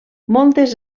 moltes